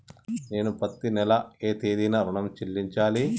నేను పత్తి నెల ఏ తేదీనా ఋణం చెల్లించాలి?